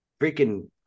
freaking